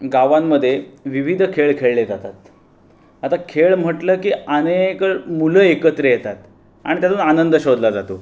गावांमध्ये विविध खेळ खेळले जातात आता खेळ म्हटलं की अनेक मुलं एकत्र येतात आणि त्यातून आनंद शोधला जातो